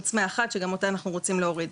חוץ מאחת שגם אותה אנחנו רוצים להוריד,